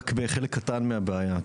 רק בחלק קטן מהבעיה.